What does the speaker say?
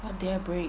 what did I break